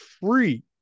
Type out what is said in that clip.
free